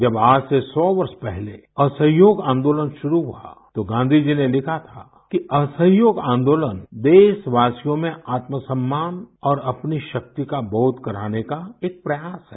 जब आज से सौ वर्ष पहले असहयोग आंदोलन शुरू हुआ तो गांधी जी ने लिखा था कि असहयोग आन्दोलन देशवासियों में आत्मसम्मान और अपनी शक्ति का बोध कराने का एक प्रयास है